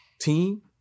team